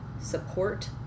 support